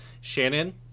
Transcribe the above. Shannon